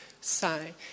say